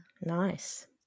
Nice